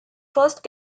first